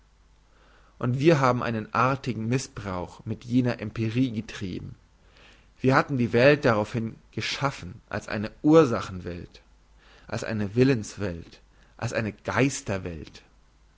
und wir hatten einen artigen missbrauch mit jener empirie getrieben wir hatten die welt daraufhin geschaffen als eine ursachen welt als eine willens welt als eine